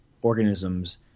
organisms